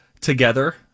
together